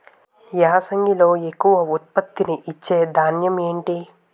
యాసంగిలో ఎక్కువ ఉత్పత్తిని ఇచే ధాన్యం ఏంటి?